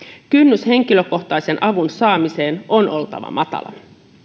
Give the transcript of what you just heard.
kynnyksen henkilökohtaisen avun saamisen on oltava matala